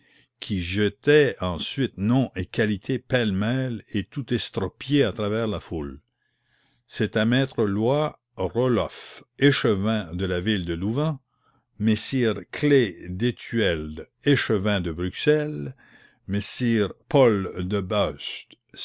qui jetait ensuite noms et qualités pêle-mêle et tout estropiés à travers la foule c'était maître loys roelof échevin de la ville de louvain messire clays d'etuelde échevin de bruxelles messire paul de baeust